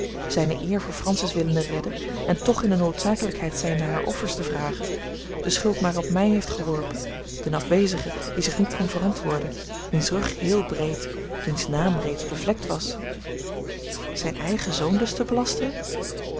zijne eer voor francis willende redden en toch in de noodzakelijkheid zijnde haar offers te vragen de schuld maar op mij heeft geworpen den afwezige die zich niet kon verantwoorden wiens rug heel breed wiens naam reeds bevlekt was zijn eigen zoon dus te belasteren